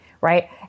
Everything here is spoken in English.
right